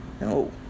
No